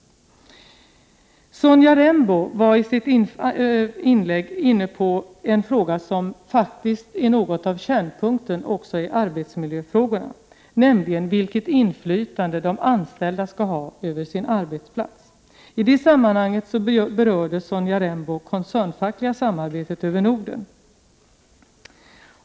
Sonja Rembo var i sitt inlägg inne på en fråga som faktiskt är något av kärnpunkten också i arbetsmiljöfrågorna, nämligen vilket inflytande de anställda skall ha över sin arbetsplats. I detta sammanhang berörde Sonja Rembo det koncernfackliga samarbetet i Norden.